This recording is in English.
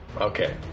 Okay